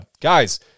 guys